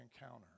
encounter